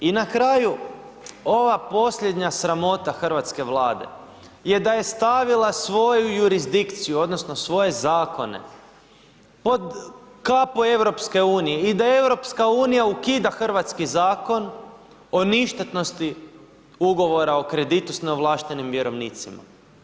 I na kraju ova posljednja sramota hrvatske Vlade je da je stavila svoju jurisdikciju odnosno svoje zakone pod kapu EU i da EU ukida Hrvatski zakon o ništetnosti ugovora o kreditu s neovlaštenim vjerovnicima.